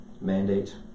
mandate